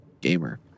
gamer